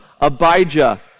Abijah